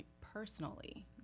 personally